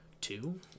Two